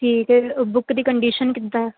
ਠੀਕ ਹੈ ਅ ਬੁੱਕ ਦੀ ਕੰਡੀਸ਼ਨ ਕਿੱਦਾਂ